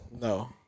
No